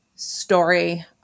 story